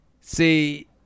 See